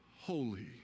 holy